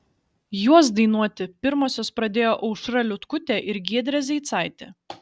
juos dainuoti pirmosios pradėjo aušra liutkutė ir giedrė zeicaitė